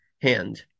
hand